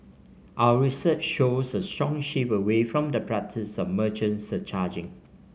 our research shows a strong shift away from the practice of merchant surcharging